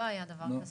לא היה דבר כזה.